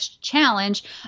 challenge